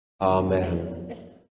Amen